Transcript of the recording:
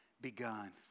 begun